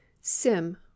Sim